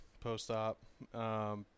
post-op